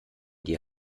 die